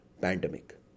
pandemic